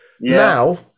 Now